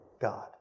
God